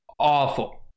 awful